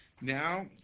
now